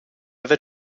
ever